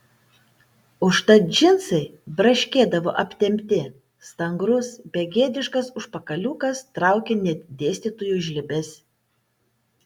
užtat džinsai braškėdavo aptempti stangrus begėdiškas užpakaliukas traukė net dėstytojų žlibes